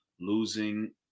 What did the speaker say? losing